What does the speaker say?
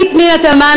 כנסת נכבדה,